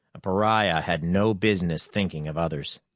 a pariah had no business thinking of others.